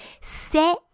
c'est